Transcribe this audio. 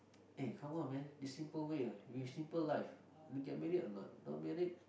eh come on man is simple way ah with simple life you get married or not not married